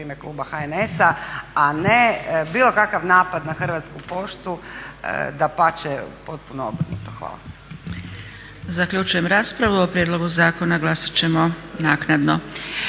ime kluba HNS-a, a ne bilo kakav napad na Hrvatsku poštu. Dapače, potpuno obrnuto. Hvala.